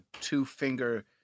two-finger